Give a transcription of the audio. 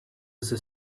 the